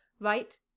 Right